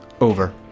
over